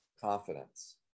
confidence